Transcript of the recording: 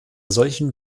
solchen